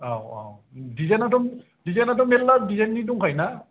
औ औ दिजाइनाथ' मेरल्ला दिजाइननि दंखायोना